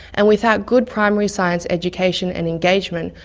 and without good primary science education and engagement,